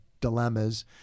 dilemmas